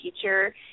teacher